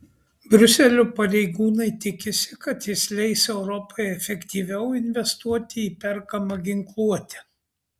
briuselio pareigūnai tikisi kad jis leis europai efektyviau investuoti į perkamą ginkluotę